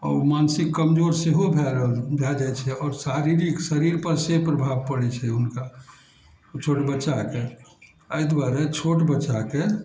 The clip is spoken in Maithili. आ ओ मानसिक कमजोर सेहो भऽ रहल भऽ जाइ छै आओर शारीरिक शरीर पर से प्रभाव पड़ै छै हुनका छोट बच्चाके एहि दुआरे छोट बच्चाके